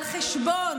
על חשבון